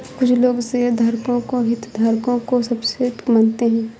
कुछ लोग शेयरधारकों को हितधारकों का सबसेट मानते हैं